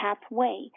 halfway